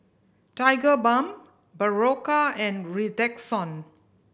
Tigerbalm Berocca and Redoxon